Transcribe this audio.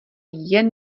jen